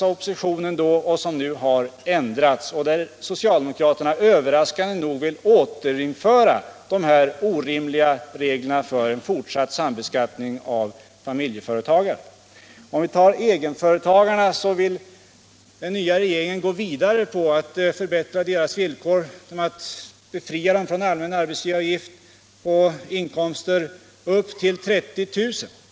Men oppositionen vill nu överraskande nog återinföra de orimliga reglerna om sambeskattning av familjeföretagare. Den nya regeringen vill gå vidare och förbättra egenföretagarnas villkor genom att befria dem från allmän arbetsgivaravgift på inkomster upp till 30 000.